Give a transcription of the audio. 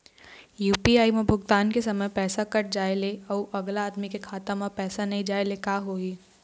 UPI म भुगतान के समय पैसा कट जाय ले, अउ अगला आदमी के खाता म पैसा नई जाय ले का होही?